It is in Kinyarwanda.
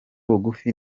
bugufi